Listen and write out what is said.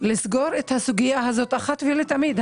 לסגור את הסוגייה הזאת אחת ולתמיד.